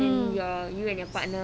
mm